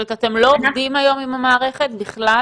זאת אומרת אתם לא עובדים היום עם המערכת בכלל?